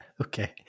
Okay